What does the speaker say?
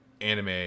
anime